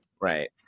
Right